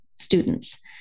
students